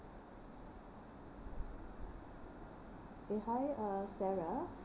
eh hi uh sarah